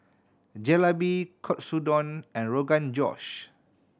Jalebi Katsudon and Rogan Josh